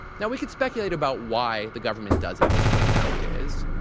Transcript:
now, we could speculate about why the government does it this way nowadays.